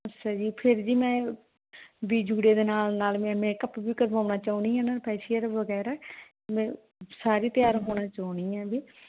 ਅੱਛਾ ਜੀ ਫਿਰ ਜੀ ਮੈਂ ਵੀ ਜੂੜੇ ਦੇ ਨਾਲ ਨਾਲ ਮੈਂ ਮੇਕਅਪ ਵੀ ਕਰਵਾਉਣਾ ਚਾਹੁੰਦੀ ਹਾਂ ਨਾ ਫੇਸ਼ੀਅਲ ਵਗੈਰਾ ਮ ਸਾਰੀ ਤਿਆਰ ਹੋਣਾ ਚਾਹੁੰਦੀ ਹਾਂ ਜੀ